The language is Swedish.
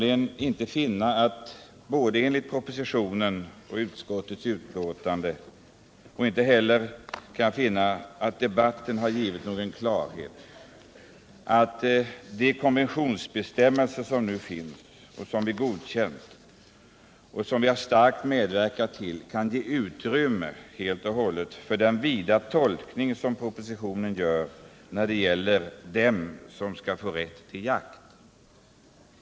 Jag kan inte finna att vare sig propositionen, utskottsbetänkandet eller debatten här i kammaren har visat att den konvention som vi har godkänt kan ge utrymme för den vida tolkning som görs i propositionen när det gäller vem som skall få rätt till denna jakt.